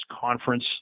Conference